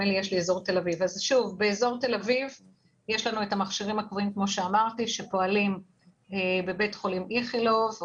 יש לנו את המכשירים הקבועים שפועלים בבית חולים איכילוב,